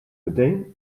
meteen